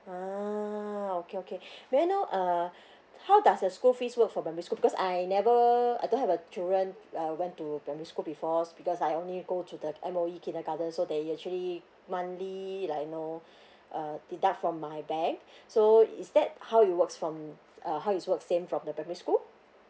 ah okay okay may I know uh how does the school fees work for primary school because I never I don't have a children uh went to primary school before because I only go to the M_O_E kindergarten so they actually monthly like you know uh deduct from my bank so is that how it works from uh how it's work same from the primary school